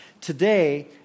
Today